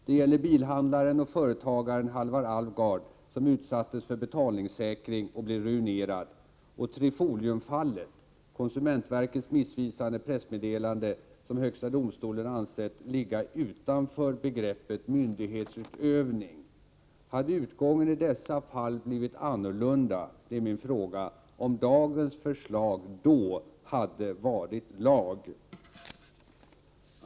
Det gäller bilhandlaren och företagaren Halvar Alvgard, som utsattes för betalningssäkring och blev ruinerad, och Trifoliumfallet, där konsumentverkets missvisande pressmeddelande av högsta domstolen ansågs ligga utanför begreppet myndighetsutövning. Hade utgången i dessa fall blivit annorlunda om dagens förslag då hade varit lag?